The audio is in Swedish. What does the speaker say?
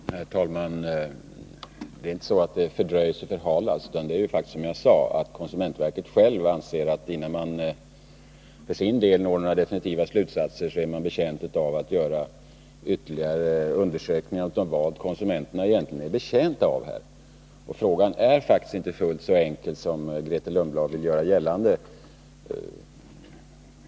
Herr talman! Det är inte så att saken fördröjs och förhalas. Det är faktiskt som jag sade: Konsumentverket självt vill göra ytterligare undersökningar av vad konsumenterna egentligen är betjänta av innan man drar några definitiva slutsatser. Saken är faktiskt inte fullt så enkel som Grethe Lundblad vill göra gällande.